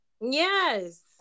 Yes